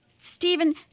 Stephen